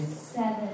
Seven